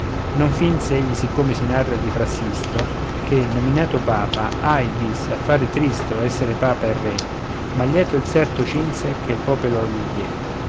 non finse egli siccome si narra di fra sisto che nominato papa ahi disse affare tristo essere papa e re ma lieto il serto cinse che il popolo gli diè